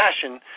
passion